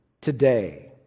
today